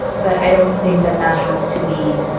but i don't think that that has to be,